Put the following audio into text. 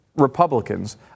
Republicans